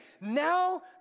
now